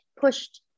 pushed